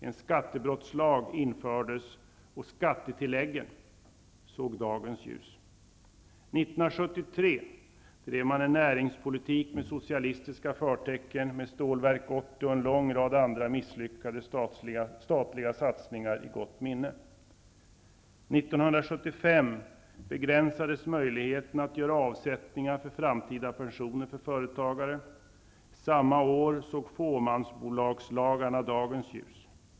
En skattebrottslag infördes och skattetilläggen såg dagens ljus. År 1973 drev man en näringspolitik med socialistiska förtecken. Vi har Stålverk 80 och en lång rad andra misslyckade statliga satsningar i gott minne. År 1975 begränsades möjligheterna att göra avsättningar för framtida pensioner för företagare. Samma år såg fåmansbolagslagarna dagens ljus.